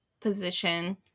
position